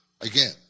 again